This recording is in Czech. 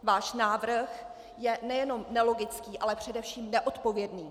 Váš návrh je nejenom nelogický, ale především neodpovědný.